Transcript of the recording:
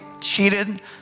cheated